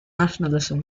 nationalism